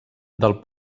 del